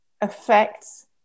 affects